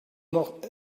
noch